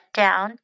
down